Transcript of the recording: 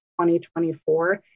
2024